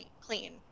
clean